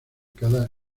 cada